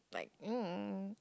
like mm